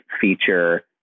feature